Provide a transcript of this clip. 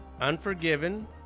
Unforgiven